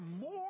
more